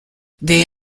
they